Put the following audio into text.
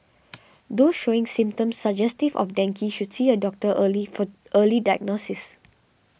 those showing symptoms suggestive of dengue should see a doctor early for early diagnosis